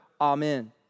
Amen